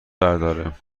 برداره